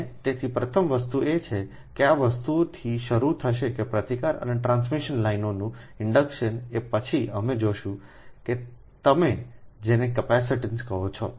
અને તેથી પ્રથમ વસ્તુ એ છે કે આ વસ્તુથી શરૂ થશે કે પ્રતિકાર અને ટ્રાન્સમિશન લાઇનોનું ઇન્ડક્શન એ પછી અમે જોશું કે તમે જેને તમે કેપેસિટીન્સ કહો છો